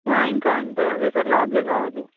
ఆ ఇంకా అంటే అదే సార్ ల్యాబ్లే కావాలి